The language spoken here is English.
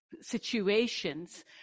situations